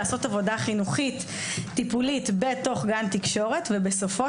לעשות עבודה חינוכית טיפולית בתוך גן תקשורת ובסופו